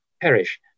perish